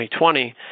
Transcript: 2020